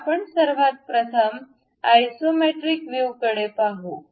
तर आपण सर्वात प्रथम आयसोमेट्रिक व्ह्यूकडे पाहू